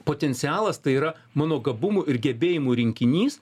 potencialas tai yra mano gabumų ir gebėjimų rinkinys